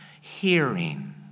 Hearing